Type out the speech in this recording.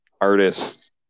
artist